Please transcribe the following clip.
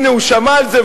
הנה הוא שמע על זה,